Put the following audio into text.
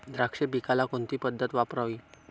द्राक्ष पिकाला कोणती पद्धत वापरावी?